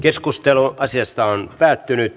keskustelu päättyi